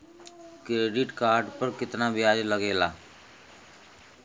Credit card पर कितना ब्याज लगेला?